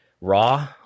raw